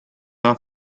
also